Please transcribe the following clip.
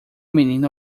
menino